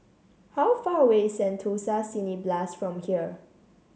how far away Sentosa Cineblast from here